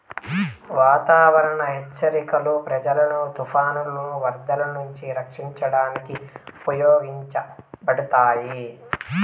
వాతావరణ హెచ్చరికలు ప్రజలను తుఫానులు, వరదలు నుంచి రక్షించడానికి ఉపయోగించబడతాయి